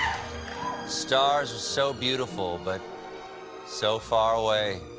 stars are so beautiful, but so far away.